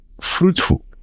fruitful